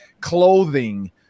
clothing